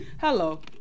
Hello